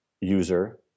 user